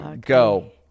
Go